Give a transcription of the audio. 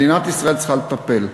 מדינת ישראל צריכה לטפל,